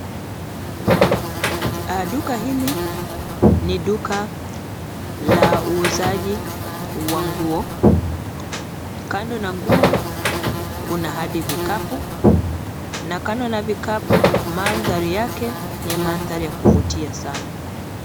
Duka hili ni duka la uuzaji wa nguo, kando na nguo kuna hadi vikapu na kando na vikapu, mandhari yake ni mandhari ya kuvutia sana.